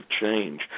change